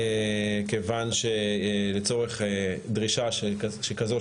כיוון שלצורך דרישה שכזו,